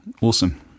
awesome